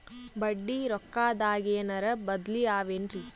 ಬಡ್ಡಿ ರೊಕ್ಕದಾಗೇನರ ಬದ್ಲೀ ಅವೇನ್ರಿ?